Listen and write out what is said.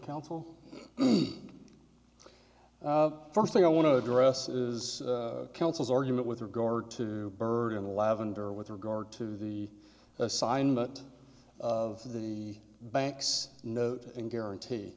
counsel first thing i want to address is counsel's argument with regard to burden lavender with regard to the assignment of the bank's note and guarantee